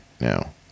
now